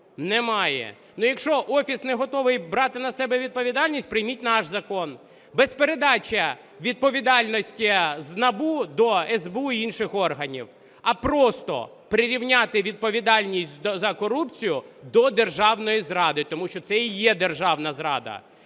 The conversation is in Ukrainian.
Немає. Якщо Офіс не готовий брати на себе відповідальність, прийміть наш закон без передачі відповідальності з НАБУ до СБУ і інших органів, а просто прирівняти відповідальність за корупцію до державної зради, тому що це і є державна зрада.